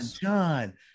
John